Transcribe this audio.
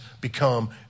become